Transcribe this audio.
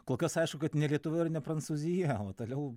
kol kas aišku kad ne lietuva ir ne prancūzija o toliau